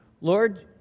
Lord